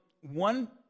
one